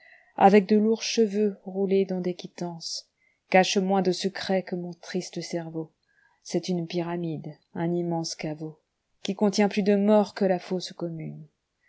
avec de lourds cheveux roulés dans des quittances cache moins de secrets que mon triste cerveau c'est une pyramide un immense caveau qui contient plus de morts que la fosse commune